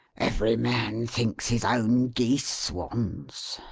every man thinks his own geese, swans,